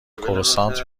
کروسانت